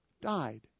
died